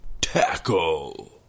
tackle